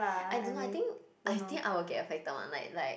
I don't know I think I think I will get affected one like like